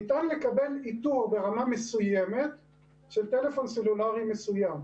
ניתן לקבל איתור ברמה מסוימת של טלפון סלולרי מסוים.